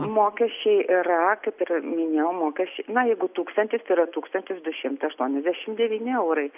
mokesčiai yra kaip ir minėjau mokesčiai na jeigu tūkstantis tai yra tūkstantis du šimtai aštuoniasdešim devyni eurai